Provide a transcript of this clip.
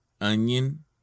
onion